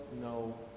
no